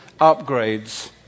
upgrades